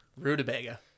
rutabaga